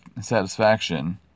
satisfaction